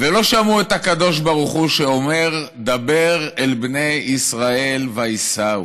ולא שמעו את הקדוש ברוך הוא אומר: "דבר אל בני ישראל ויסעו".